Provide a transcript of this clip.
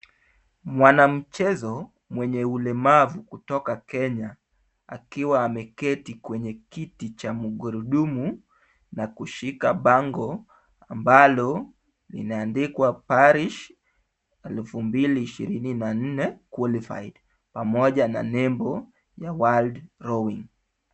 Mwanamchezo mwenye ulemavu kutoka Kenya, akiwa ameketi kwenye kiti cha mugurudumu na kushika bango ambalo linaandikwa Paris, elfu mbili ishirini na nne qualify pamoja na nembo ya world rowing .